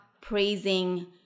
praising